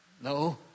No